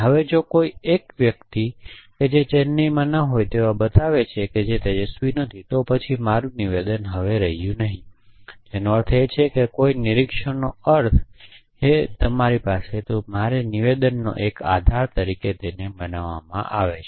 હવે જો કોઈ 1 વ્યક્તિ તે ચેન્નઈમાં ન હોય તેવા બતાવે જે તેજસ્વી નથી તો પછી મારું નિવેદન હવે રહ્યું નહીં જેનો અર્થ એ કે કોઈ નિરીક્ષણનો અર્થ એ છે કે મારે તે નિવેદનને એક આધાર તરીકે બનાવવામાં આવશે